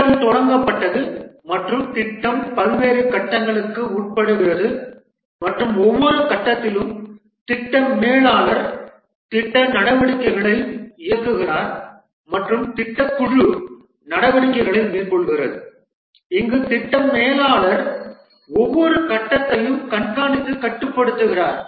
திட்டம் தொடங்கப்பட்டது மற்றும் திட்டம் பல்வேறு கட்டங்களுக்கு உட்படுகிறது மற்றும் ஒவ்வொரு கட்டத்திலும் திட்ட மேலாளர் திட்ட நடவடிக்கைகளை இயக்குகிறார் மற்றும் திட்ட குழு நடவடிக்கைகளை மேற்கொள்கிறது இங்கு திட்ட மேலாளர் ஒவ்வொரு கட்டத்தையும் கண்காணித்து கட்டுப்படுத்துகிறார்